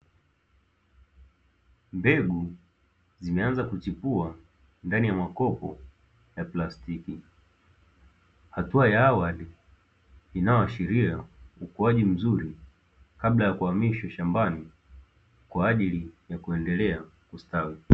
Mbegu zimeanza kuchipua ndani ya makopo ya plastiki, hatua ya awali inayoashiria ukuaji mzuri, kabla ya kuhamishwa shambani kwa ajili ya kuendelea kustawi.